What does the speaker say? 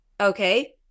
Okay